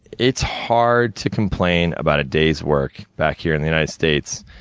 it's hard to complain about a day's work back here in the united states,